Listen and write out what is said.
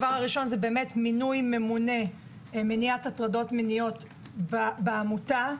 מינוי ממונה מניעת הטרדות מיניות בעמותה,